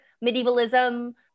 medievalism